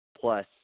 plus